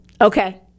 Okay